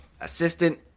assistant